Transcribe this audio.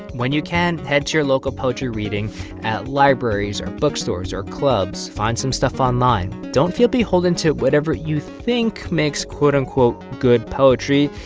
when you can, head to your local poetry reading at libraries or bookstores or clubs. find some stuff online. don't feel beholden to whatever you think makes quote, unquote, good poetry.